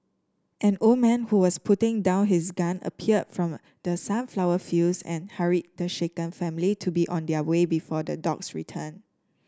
an old man who was putting down his gun appeared from the sunflower fields and hurried the shaken family to be on their way before the dogs return